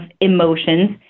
emotions